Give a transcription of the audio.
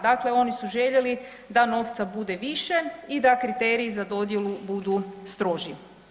Dakle, oni su željeli da novca bude više i da kriteriji za dodjelu budu stroži.